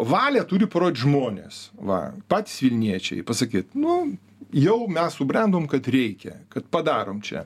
valią turi parodyt žmonės va patys vilniečiai pasakyt nu jau mes subrendom kad reikia kad padarom čia